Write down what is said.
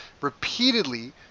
repeatedly